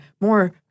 more